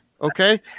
okay